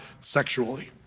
sexually